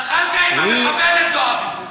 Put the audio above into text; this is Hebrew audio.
זחאלקה, עם המחבלת זועבי.